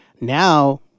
now